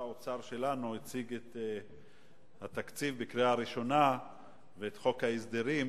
כששר האוצר שלנו הציג את התקציב ואת חוק ההסדרים